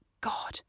God